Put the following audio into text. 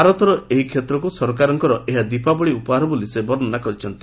ଭାରତର ଏହି କ୍ଷେତ୍ରକୁ ସରକାରଙ୍କର ଏହା ଦୀପାବଳି ଉପହାର ବୋଲି ସେ ବର୍ଷନା କରିଛନ୍ତି